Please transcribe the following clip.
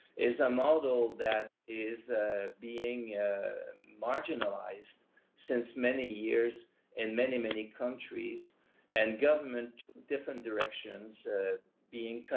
is a model that is being marginalized since many years in many many countries and government different directions being,